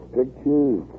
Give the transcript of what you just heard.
pictures